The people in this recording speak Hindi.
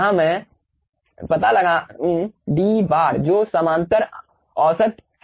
यहाँ मैं पता लगाऊंगा d बार जो समांतर औसत है